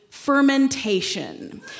fermentation